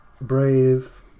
brave